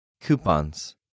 Coupons